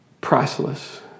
priceless